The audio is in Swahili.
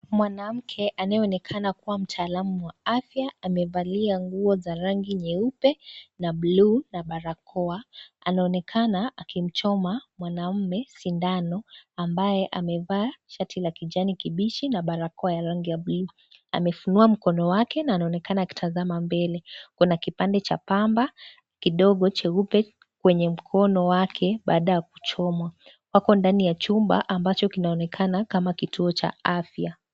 Mwanamke anayeonekana kuwa mtaalamum wa afya amevalia nguo za rangi nyeupe na buluu na barakoa , anaonekana akimchoma mwanaume sindano ambaye amevaa shati la kijani kibichi na barakoa ya rangi ya buluu amefunia mkono wake na anaonekana akitazama mbele ,kuna kipanda cha pamba kidogo cheupe kwenye mkono wake baada ya kuchomwa, wako ndani ya chumba kinaonekana kama kituo cha afya.